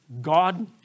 God